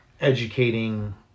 educating